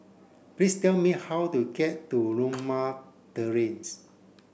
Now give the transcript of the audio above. please tell me how to get to Limau Terrace